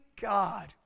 God